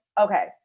okay